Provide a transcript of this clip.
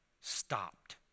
stopped